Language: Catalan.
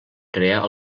crear